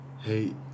hey